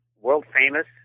world-famous